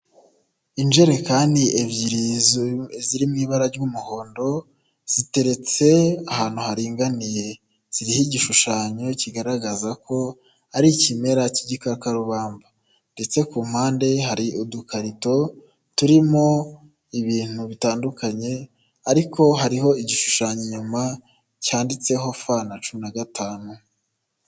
Injekani ebyiri ziri mu ibara ry'umuhondo, ziteretse ahantu haringaniye, ziriho igishushanyo kigaragaza ko ari ikimera cy'igikakarubamba ndetse ku mpande hari udukarito turimo ibintu bitandukanye ariko hariho igishushanyo inyuma cyanditseho F na cumi na gatanu.